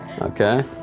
Okay